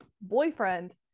boyfriend